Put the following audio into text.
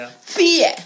Fear